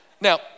Now